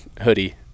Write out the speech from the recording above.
hoodie